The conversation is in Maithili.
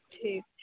ठीक छै